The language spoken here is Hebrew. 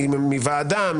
מוועדה,